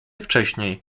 wcześniej